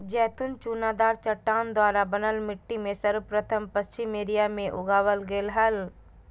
जैतून चुनादार चट्टान द्वारा बनल मिट्टी में सर्वप्रथम पश्चिम एशिया मे उगावल गेल हल